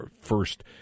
first